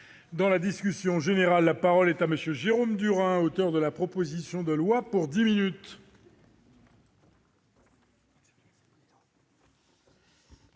Dans la discussion générale, la parole est à M. Jérôme Durain, auteur de la proposition de loi. Monsieur